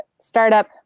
startup